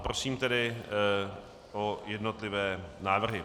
Prosím tedy o jednotlivé návrhy.